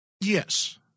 Yes